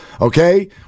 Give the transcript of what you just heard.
Okay